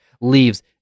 Leaves